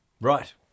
Right